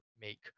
make